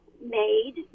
made